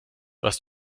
was